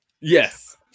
Yes